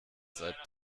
seit